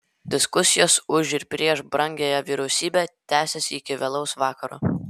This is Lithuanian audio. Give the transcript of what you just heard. diskusijos už ir prieš brangiąją vyriausybę tęsėsi iki vėlaus vakaro